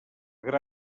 gra